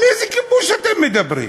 על איזה כיבוש אתם מדברים?